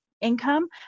income